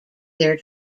their